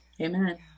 Amen